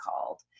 called